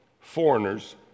foreigners